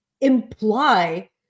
imply